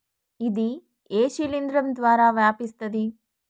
ఇది ఏ శిలింద్రం ద్వారా వ్యాపిస్తది?